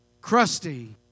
crusty